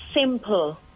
simple